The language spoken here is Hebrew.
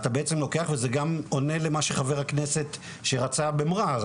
אתה בעצם לוקח וזה גם עונה לחבר הכנסת שרצה במע'אר,